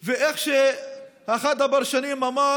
וכמו שאחד הפרשנים אמר: